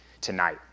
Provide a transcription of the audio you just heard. tonight